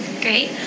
great